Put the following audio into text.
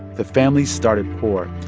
the family started poor.